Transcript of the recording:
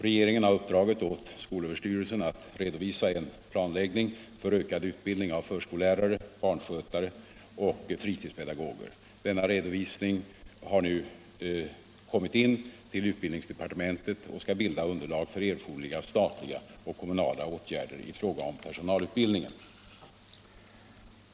Regeringen har uppdragit åt skolöverstyrelsen att redovisa en planläggning för ökad utbildning av förskolelärare, barnskötare och fritidspedagoger. Denna redovisning har nu kommit in till utbildningsdepartementet och skall bilda underlag för erforderliga statliga och kommunala åtgärder i fråga om personalutbildningen.